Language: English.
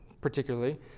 particularly